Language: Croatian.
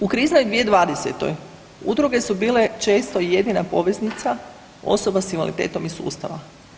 U kriznoj 2020.-toj udruge su bile često jedina poveznica osoba s invaliditetom i sustava.